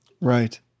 Right